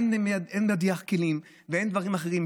אין מדיח כלים ואין דברים אחרים.